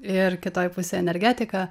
ir kitoj pusėj energetika